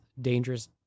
dangerous